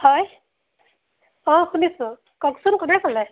হয় অঁ শুনিছোঁ কওকচোন কোনে ক'লে